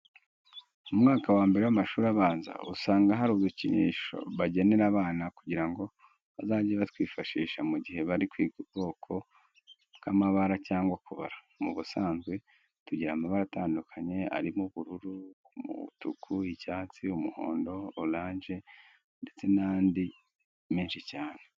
Mu mwaka wa mbere w'amashuri abanza, usanga hari udukinisho bagenera abana kugira ngo bazajye batwifashisha mu gihe bari kwiga ubwoko bw'amabara cyangwa kubara. Mu busanzwe tugira amabara atandukanye arimo ubururu, umutuku, icyatsi, umuhondo, oranje ndetse n'andi mesnhi cyane.